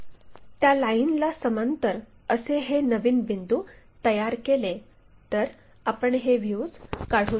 त्या लाईनला समांतर असे हे नवीन बिंदू तयार केले तर आपण हे व्ह्यूज काढू शकतो